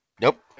Nope